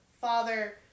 father